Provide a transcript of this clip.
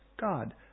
God